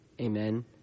Amen